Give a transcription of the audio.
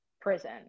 prison